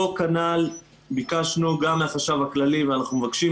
כנ"ל ביקשנו גם מהחשב הכללי ואנחנו מבקשים,